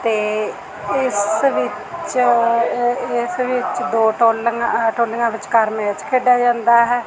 ਅਤੇ ਇਸ ਵਿੱਚ ਇਸ ਵਿੱਚ ਦੋ ਟੋਲੀਆਂ ਟੋਲੀਆਂ ਵਿਚਕਾਰ ਮੈਚ ਖੇਡਿਆ ਜਾਂਦਾ ਹੈ